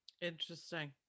interesting